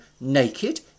naked